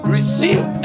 Receive